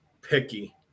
picky